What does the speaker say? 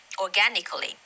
organically